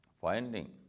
finding